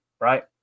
right